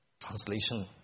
translation